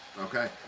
Okay